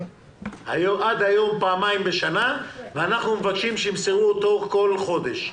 עד היום פעמיים בשנה ואנחנו מבקשים שימסרו אותו כל חודש.